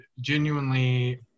genuinely